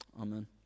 Amen